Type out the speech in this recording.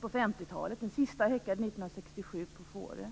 på 50-talet. Den sista häckade 1967 på Fårö.